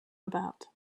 about